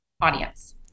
audience